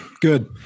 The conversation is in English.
Good